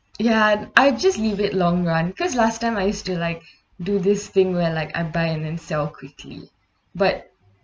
ya I just leave it long run because last time I used to like do this thing where like I'm buy and then sell quickly but